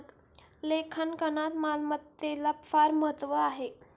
लेखांकनात मालमत्तेला फार महत्त्व आहे